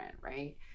right